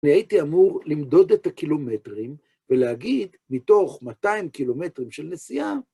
והייתי אמור למדוד את הקילומטרים ולהגיד, מתוך 200 קילומטרים של נסיעה,